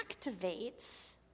activates